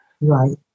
Right